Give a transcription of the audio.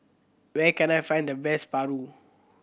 where can I find the best paru